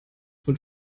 mit